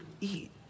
eat